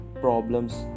problems